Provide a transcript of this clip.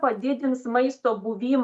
padidins maisto buvi